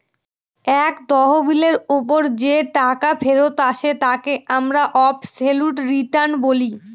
এক তহবিলের ওপর যে টাকা ফেরত আসে তাকে আমরা অবসোলুট রিটার্ন বলি